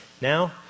Now